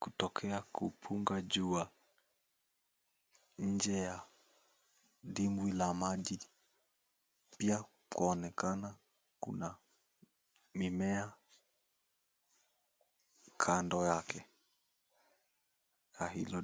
kutokea kupunga jua nje ya dimbwi la maji. Pia kuonekana kuna mimea kando yake. Na...